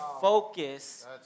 focus